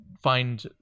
Find